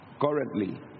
currently